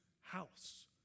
house